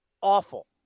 awful